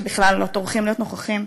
שבכלל לא טורחים להיות נוכחים,